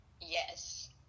Yes